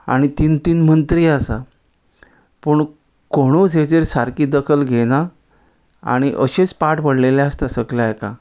आनी तीन तीन मंत्री आसा पूण कोणूच हेजेर सारकी दखल घेना आनी अशेंच पाड पडलेले आसता सगल्या एका